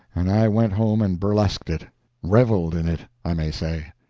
and i went home and burlesqued it reveled in it, i may say.